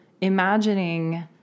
imagining